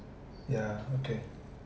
yeah okay